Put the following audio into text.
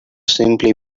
simply